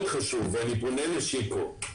אני פונה לשיקו,